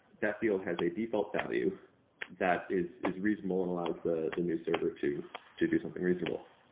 that field has a default value that is is reasonable and allows the the new server to to do something reasonable.